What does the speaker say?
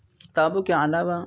کتابوں کے علاوہ